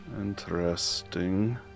Interesting